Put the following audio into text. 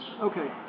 Okay